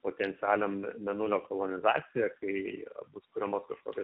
potencialią mėnulio kolonizaciją kai bus kuriamos kažkokios